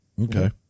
Okay